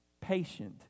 Patient